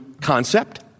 concept